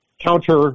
counter